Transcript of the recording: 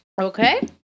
Okay